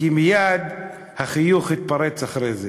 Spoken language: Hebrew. כי מייד אחרי זה התפרץ החיוך,